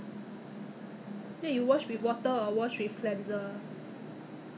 oh 是这样子 eh oh I didn't even know that !alamak! so I've been washing too